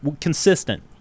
consistent